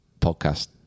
Podcast